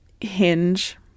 Hinge